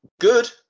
good